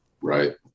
Right